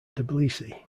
tbilisi